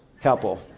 couple